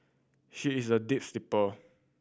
she is a deep sleeper